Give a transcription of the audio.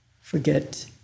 Forget